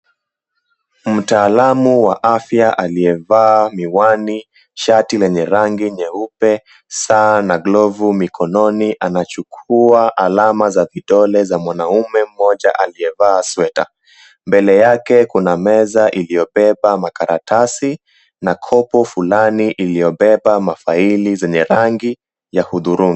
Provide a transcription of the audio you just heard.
Mtaalamu wa afya aliyevaa miwani shati lenye rangi nyeupe, saa na glovu mikononi anachukua alama za vidole za mwanaume mmoja aliyevaa sweta. Mbele yake kuna meza iliyobeba makaratasi na kopo fulani iliyobeba mafaili yenye rangi za uthurungi.